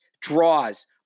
draws